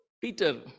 peter